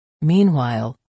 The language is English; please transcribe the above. Meanwhile